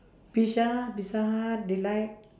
pizza pizza-hut they like